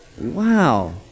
Wow